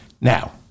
Now